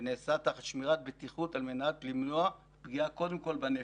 ונעשה תחת שמירה על בטיחות על מנת למנוע פגיעה קודם כל בנפש.